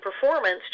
performance